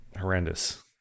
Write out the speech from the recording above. horrendous